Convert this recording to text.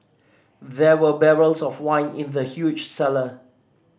there were barrels of wine in the huge cellar